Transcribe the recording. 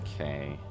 Okay